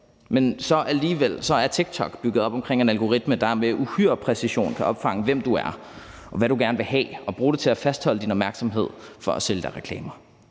Men alligevel er TikTok så bygget op omkring en algoritme, der med uhyre præcision kan opfange, hvem du er, og hvad du gerne vil have, og bruge det til at fastholde din opmærksomhed for at sælge dig reklamer.